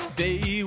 day